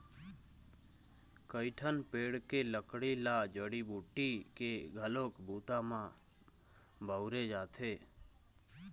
कइठन पेड़ के लकड़ी ल जड़ी बूटी के घलोक बूता म बउरे जाथे